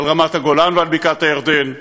על רמת-הגולן ועל בקעת-הירדן,